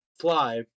fly